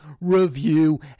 review